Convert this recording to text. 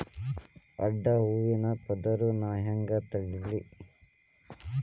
ಅಡ್ಡ ಹೂವಿನ ಪದರ್ ನಾ ಹೆಂಗ್ ತಡಿಲಿ?